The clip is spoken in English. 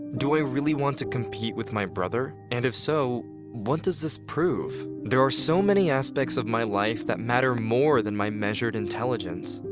do i really want to compete with my brother? and if so what does this prove? there are so many aspects of my life that matter more than my measured intelligence.